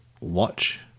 watch